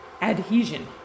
adhesion